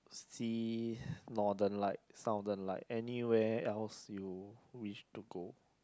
see Northern Light Southern Light anywhere else you wish to go